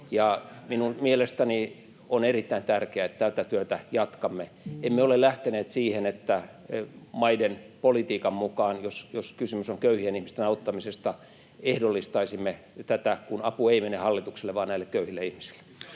Minun mielestäni on erittäin tärkeää, että tätä työtä jatkamme. Emme ole lähteneet siihen, että maiden politiikan mukaan, jos kysymys on köyhien ihmisten auttamisesta, ehdollistaisimme tätä, kun apu ei mene hallitukselle vaan näille köyhille ihmisille.